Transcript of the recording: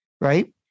right